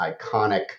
iconic